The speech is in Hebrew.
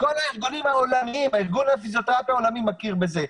כל הארגונים העולמיים מכירים בזה,